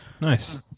nice